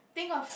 think of